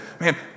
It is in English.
man